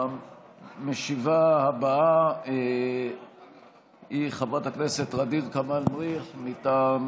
המשיבה הבאה היא חברת הכנסת ע'דיר כמאל מריח, מטעם